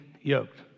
yoked